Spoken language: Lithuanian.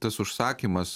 tas užsakymas